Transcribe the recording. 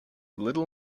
little